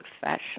fashion